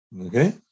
Okay